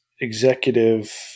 executive